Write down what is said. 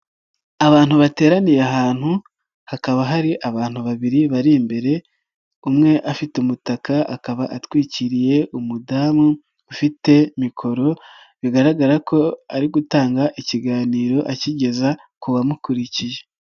Abantu bateraniye ahantu hakaba hari abantu babiri bari imbere umwe afite umutaka akaba atwikiriye umudamu ufite mikoro bigaragara ko ari gutanga ikiganiro akigeza ku bamukurikiye.